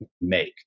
make